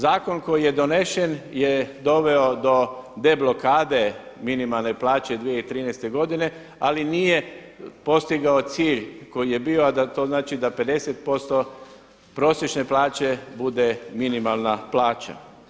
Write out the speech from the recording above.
Zakon koji je donesen je doveo do deblokade minimalne plaće 2013. godine, ali nije postigao cilj koji je bio, a to znači da 50% prosječne plaće bude minimalna plaća.